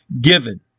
given